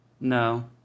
No